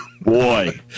Boy